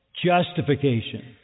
justification